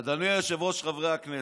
אדוני היושב-ראש, חברי הכנסת,